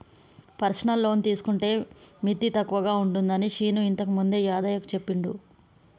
personal loan తీసుకుంటే మిత్తి తక్కువగా ఉంటుందని శీను ఇంతకుముందే యాదయ్యకు చెప్పిండు